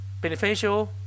beneficial